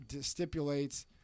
stipulates